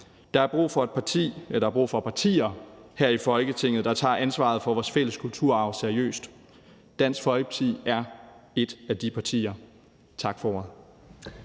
vores fælles kulturarv. Der er brug for partier her i Folketinget, der tager ansvaret for vores fælles kulturarv seriøst. Dansk Folkeparti er et af de partier. Tak for ordet.